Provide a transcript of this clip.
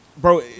Bro